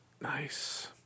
Nice